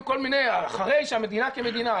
אחרי שהמדינה כמדינה,